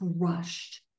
crushed